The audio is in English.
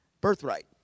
birthright